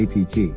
APT